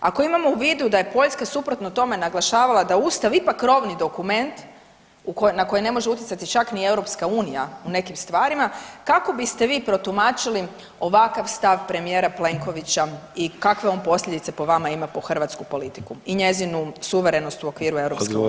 Ako imamo u vidu da je Poljska suprotno tome naglašavala da je Ustav ipak krovni dokument na koji ne može utjecati čak i EU u nekim stvarima kako biste vi protumačili ovakav stav premijera Plenkovića i kakve on posljedice po vama ima po hrvatsku politiku i njezinu suvremenost u okviru europskog: